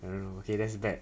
um okay that's bad